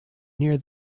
near